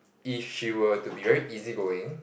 if she were to be very easy going